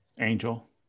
Angel